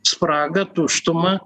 spragą tuštumą